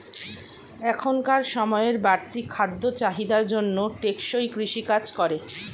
এখনকার সময়ের বাড়তি খাদ্য চাহিদার জন্য টেকসই কৃষি কাজ করে